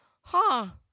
ha